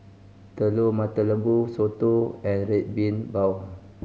Telur Mata Lembu soto and Red Bean Bao